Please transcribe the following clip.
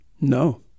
No